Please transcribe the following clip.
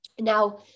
Now